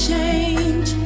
Change